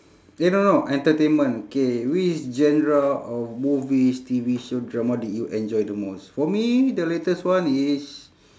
eh no no entertainment K which genre of movies T_V show drama did you enjoy the most for me the latest one is